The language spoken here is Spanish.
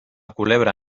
culebra